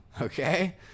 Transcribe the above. okay